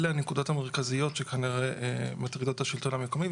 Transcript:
אלא הנקודות המרכזיות שכנראה מטרידות את השלטון המקומי.